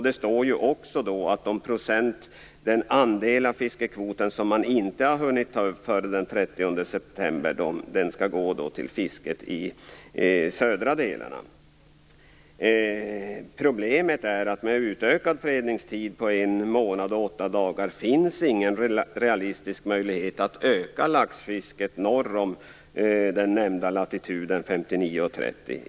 Det står också att den andel av fiskekvoten som man inte har hunnit ta upp före den 30 september skall gå till fisket i de södra delarna. Problemet är att det med en utökad fredningstid på en månad och åtta dagar inte finns någon realistisk möjlighet att öka laxfisket norr om den nämnda latituden, 59,30 .